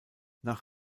nach